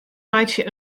meitsje